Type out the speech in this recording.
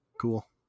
Cool